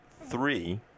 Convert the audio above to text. three